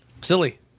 Silly